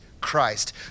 Christ